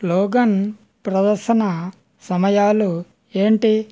Logan ప్రదర్శన సమయాలు ఏంటి